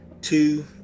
two